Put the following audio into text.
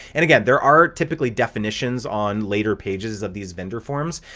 and again, there are typically definitions on later pages of these vendor forms,